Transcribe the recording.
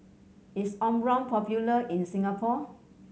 is Omron popular in Singapore